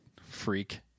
Freak